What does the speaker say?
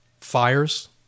fires